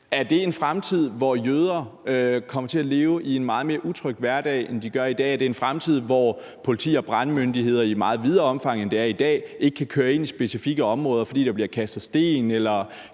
Er det en fremtid, hvor jøder kommer til at leve en meget mere utryg hverdag, end de gør i dag? Er det en fremtid, hvor politi- og brandmyndigheder i meget videre omfang end i dag ikke kan køre ind i specifikke områder, fordi der bliver kastet sten eller